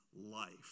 life